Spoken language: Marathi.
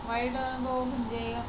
वाईट अनुभव म्हणजे